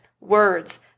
words